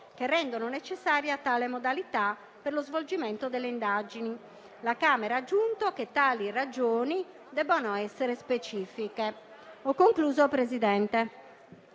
che rendono necessaria tale modalità per lo svolgimento delle indagini, la Camera aggiunto che tali ragioni debbano essere specifiche.